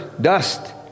dust